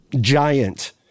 Giant